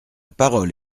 parole